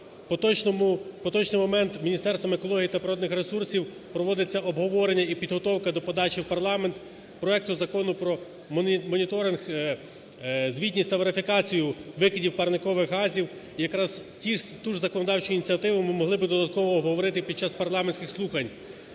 поточний момент Міністерством екології та природних ресурсів проводиться обговорення і підготовка до подачі в парламент проекту Закону про моніторинг, звітність та верифікацію викидів парникових газів. Якраз ту ж законодавчу ініціативу ми могли би додатково оговорити під час парламентських слухань,